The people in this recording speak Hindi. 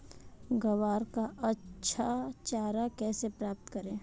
ग्वार का अच्छा चारा कैसे प्राप्त करें?